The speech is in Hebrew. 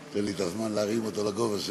תן לי את הזמן להרים אותו לגובה שלי.